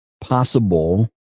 possible